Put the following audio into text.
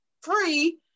free